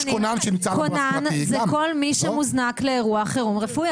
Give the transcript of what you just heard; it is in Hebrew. כונן זה כל מי שמוזנק לאירוע חירום רפואי.